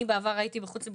אני בעבר הייתי בחוץ וביטחון,